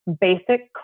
basic